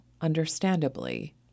understandably